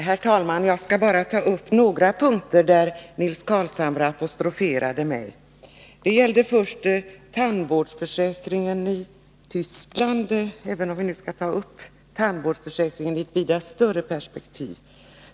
Herr talman! Jag skall bara ta upp några punkter där Nils Carlshamre apostroferade mig. Det gäller först tandvårdsförsäkringen i Tyskland, även om vi nu skall ta upp tandvårdsförsäkringen i ett vida större perspektiv.